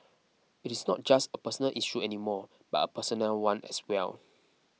it is not just a personal issue any more but a personnel one as well